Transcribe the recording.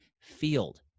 field